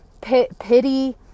pity